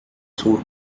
suur